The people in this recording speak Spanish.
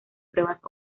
pruebas